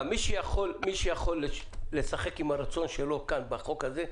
מי שיכול לשחק עם הרצון שלו כאן בחוק הזה,